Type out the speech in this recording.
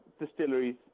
Distilleries